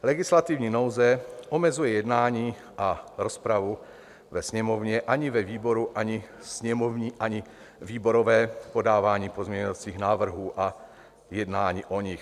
Legislativní nouze omezuje jednání a rozpravu ve Sněmovně, ani ve výboru, ani sněmovní, ani výborové v podávání pozměňovacích návrhů a jednání o nich.